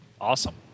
Awesome